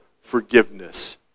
forgiveness